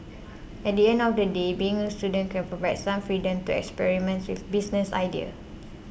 at the end of the day being a student can provide some freedom to experiment with business ideas